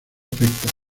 afectan